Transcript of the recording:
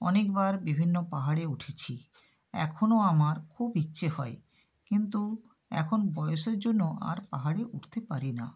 অনেকবার বিভিন্ন পাহাড়ে উঠেছি এখনো আমার খুব ইচ্ছে হয় কিন্তু এখন বয়সের জন্য আর পাহাড়ে উঠতে পারি না